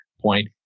point